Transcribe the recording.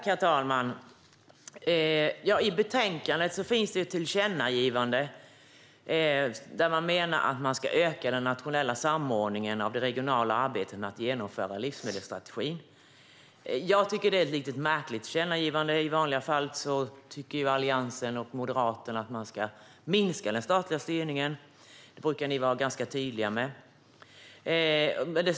Herr talman! I betänkandet finns ett tillkännagivande där man menar att den nationella samordningen av det regionala arbetet med att genomföra livsmedelsstrategin ska öka. Jag tycker att det är ett märkligt tillkännagivande. I vanliga fall tycker Alliansen och Moderaterna att man ska minska den statliga styrningen - det brukar de vara ganska tydliga med.